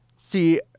see